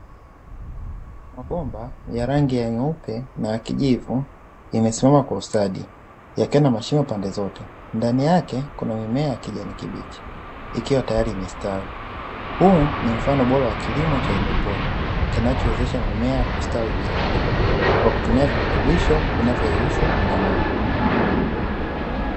Mabomba ya rangi ya nyeupe na ya kijivu yamesimama kwa ustadi yakiwa na mashimo pande zote, ndani yake kuna mimea ya kijani kibichi ikiwa tayari imestawi. Huu ni mfano bora wa kilimo cha hydroponi kinachowezesha mimea kustawi bila udongo kwa kutumia virutubisho vinavyoyeyushwa kwenye maji.